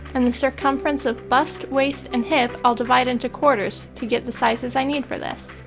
and the circumference of bust, waist and hip i'll divide into quarters to get the sizes i need for this.